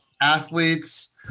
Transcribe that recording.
athletes